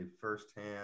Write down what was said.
firsthand